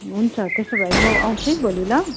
हुन्छ त्यसो भए म आउँछु है भोलि ल